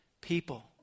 people